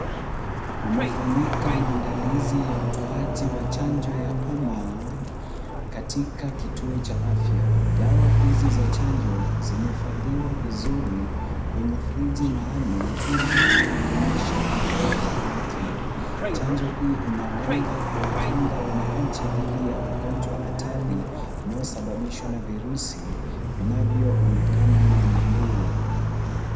Kumefanyika maandalizi ya utoaji wa chanjo ya homa katika kituo cha afya. Dawa hizi za chanjo zimehifadhiwa vizuri kwenye friji maalum ili kudumisha ubora wake . Chanjo hii inalenga kuwakinga wananchi dhidi ya ugonjwa hatari unaosababishwa virusi vinanyoonekana na mbu .